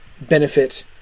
benefit